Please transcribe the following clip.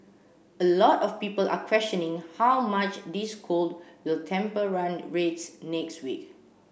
a lot of people are questioning how much this cold will temper run rates next week